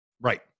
Right